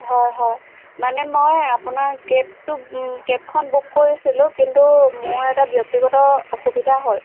হয় হয় মানে মই আপোনাৰ কেবটো কেবখন বুক কৰিছিলোঁ কিন্তু মোৰ এটা ব্যক্তিগত অসুবিধা হ'ল